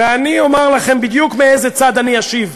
ואני אומר לכם בדיוק מאיזה צד אני אשיב: